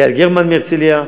יעל גרמן מהרצלייה,